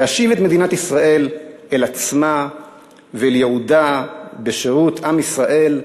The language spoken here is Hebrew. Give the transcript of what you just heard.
להשיב את מדינת ישראל אל עצמה ואל ייעודה בשירות עם ישראל,